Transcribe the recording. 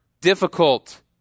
difficult